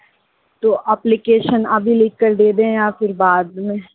तो अप्लीकेशन अभी लिख कर दे दें या फिर बाद में